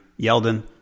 Yeldon